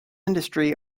industry